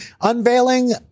unveiling